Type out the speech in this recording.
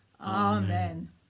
amen